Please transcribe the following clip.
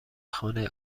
خانه